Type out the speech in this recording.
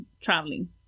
traveling